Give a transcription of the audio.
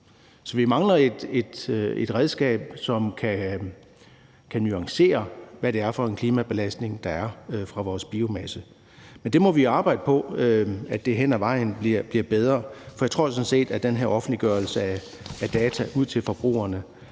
Så vi mangler et redskab, som kan nuancere, hvad det er for en klimabelastning, der er fra vores biomasse. Men det må vi arbejde på hen ad vejen bliver bedre, for jeg tror sådan set, at den her offentliggørelse af data til forbrugerne,